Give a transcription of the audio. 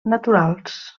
naturals